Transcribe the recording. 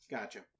Gotcha